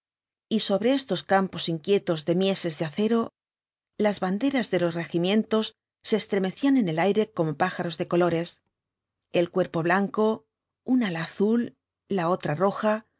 y sobre estos campos inquietos de mieses de acero las banderas de los regimientos se estremecían en el aire como pájaros de v blasco íbáñh colores el cuerpo blanco un ala azul la otra roja